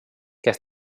kes